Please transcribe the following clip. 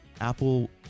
apple